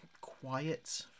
quiet